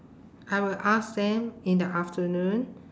I will ask them in the afternoon